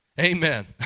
Amen